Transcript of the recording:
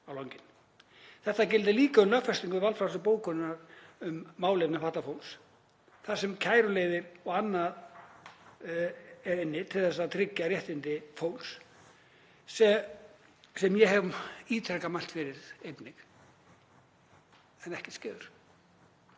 Þetta gildir líka um lögfestingu valfrjálsu bókunarinnar um málefni fatlaðs fólks, þar sem kæruleiðir og annað eru inni til að tryggja réttindi fólks, sem ég hef ítrekað mælt fyrir einnig en ekkert skeður.